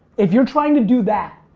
if you're trying to do that,